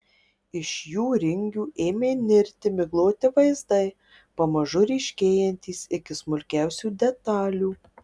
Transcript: iš jų ringių ėmė nirti migloti vaizdai pamažu ryškėjantys iki smulkiausių detalių